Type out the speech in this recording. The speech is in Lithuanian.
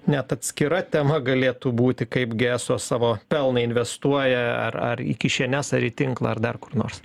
net atskira tema galėtų būti kaip gi eso savo pelną investuoja ar ar į kišenes ar į tinklą ar dar kur nors